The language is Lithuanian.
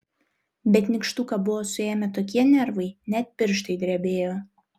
bet nykštuką buvo suėmę tokie nervai net pirštai drebėjo